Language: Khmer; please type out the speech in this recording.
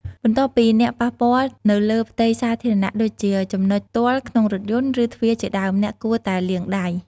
បន្ទាប់ពី អ្នកប៉ះពាល់នៅលើផ្ទៃសាធារណៈដូចជា ចំណុចទាល់ក្នុងរថយន្ត ឬទ្វារជាដើម អ្នកគួរតែលាងដៃ។